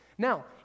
Now